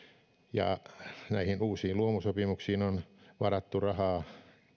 ja näihin uusiin luomusopimuksiin on varattu rahaa